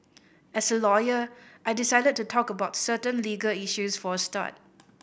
as a lawyer I decided to talk about certain legal issues for a start